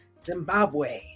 Zimbabwe